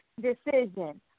decision